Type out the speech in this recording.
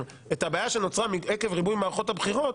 את הבעיה שנוצרה עקב ריבוי מערכות בחירות,